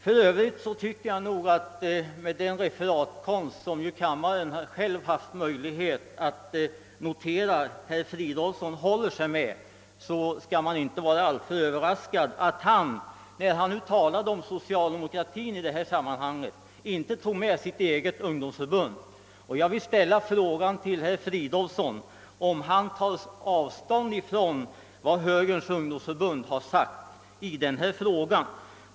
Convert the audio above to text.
För Övrigt tycker jag det även var underligt att herr Fridolfsson — vars refereringskonst kammaren här haft möjlighet att notera — när han talade om socialdemokratin inte i det sammanhanget berörde sitt eget ungdomsförbunds uppfattning och redovisade sitt ställningstagande till detta. Jag vill ställa frågan till herr Fridolfsson, om han tar avstånd från vad Högerns ungdomsförbund anser i denna fråga.